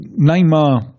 Neymar